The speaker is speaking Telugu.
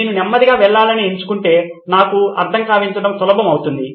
నేను నెమ్మదిగా వెళ్లాలని ఎంచుకుంటే నాకు అర్థం కావించడం సులభం అవుతుంది